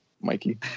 Mikey